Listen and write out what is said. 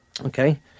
Okay